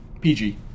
PG